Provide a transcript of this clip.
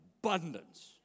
abundance